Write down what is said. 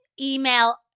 email